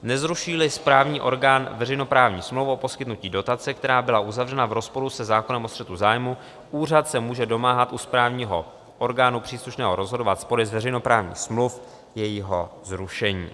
Nezrušíli správní orgán veřejnoprávní smlouvu o poskytnutí dotace, která byla uzavřena v rozporu se zákonem o střetu zájmů, úřad se může domáhat u správního orgánu příslušného rozhodovat spory z veřejnoprávních smluv jejího zrušení.